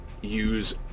use